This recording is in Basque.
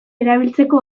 erabiltzeko